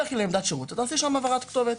אמרתי לה לכי לעמדת שירות ותעשי העברת כתובת,